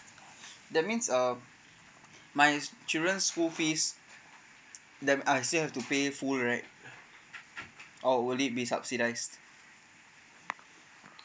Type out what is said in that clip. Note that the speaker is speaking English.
that means uh my children school fees then I still have to pay full right or would it be subsidised